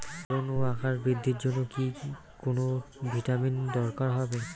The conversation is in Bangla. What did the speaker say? আলুর ফলন ও আকার বৃদ্ধির জন্য কি কোনো ভিটামিন দরকার হবে?